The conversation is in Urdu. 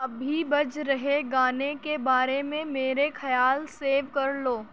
ابھی بج رہے گانے کے بارے میں میرے خیال سیو کر لو